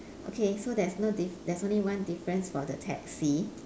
okay so there's no diff~ there is only one difference for the taxi